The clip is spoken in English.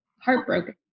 heartbroken